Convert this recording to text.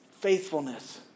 Faithfulness